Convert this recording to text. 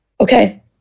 okay